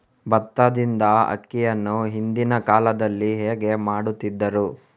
ಭತ್ತದಿಂದ ಅಕ್ಕಿಯನ್ನು ಹಿಂದಿನ ಕಾಲದಲ್ಲಿ ಹೇಗೆ ಮಾಡುತಿದ್ದರು?